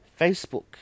Facebook